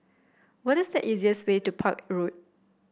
what is the easiest way to Park Road